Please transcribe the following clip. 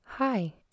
Hi